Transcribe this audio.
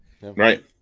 right